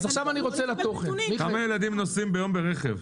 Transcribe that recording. כמה ילדים נוסעים ביום ברכב?